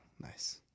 Nice